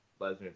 Lesnar